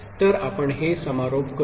g x16 x15 x2 1 तर आपण हे समारोप करू